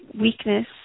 weakness